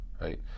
Right